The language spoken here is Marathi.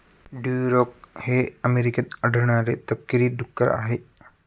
ड्युरोक हे अमेरिकेत आढळणारे तपकिरी डुक्कर आहे